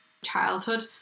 childhood